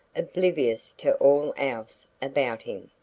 oblivious to all else about him.